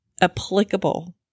applicable